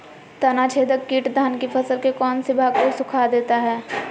तनाछदेक किट धान की फसल के कौन सी भाग को सुखा देता है?